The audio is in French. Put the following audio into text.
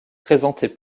présenter